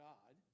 God